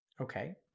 Okay